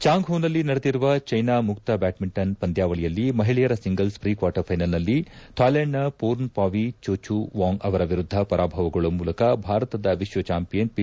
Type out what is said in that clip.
ಚಾಂಗ್ ಹೂನಲ್ಲಿ ನಡೆದಿರುವ ಚೈನಾ ಮುಕ್ತ ಬ್ಯಾಡ್ಮಿಂಟನ್ ಪಂದ್ಯಾವಳಿಯಲ್ಲಿ ಮಹಿಳೆಯರ ಸಿಂಗಲ್ಲ್ ಪ್ರಿ ಕ್ವಾರ್ಟರ್ ಫೈನಲ್ನಲ್ಲಿ ಥಾಯೆಲೆಂಡ್ನ ಪೋರ್ನ್ ಪಾವಿ ಚೋಚು ವಾಂಗ್ ಅವರ ವಿರುದ್ದ ಪರಾಭವಗೊಳ್ಳುವ ಮೂಲಕ ಭಾರತದ ವಿಶ್ವಚಾಂಪಿಯನ್ ಪಿ